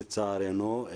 לצערנו,